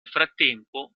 frattempo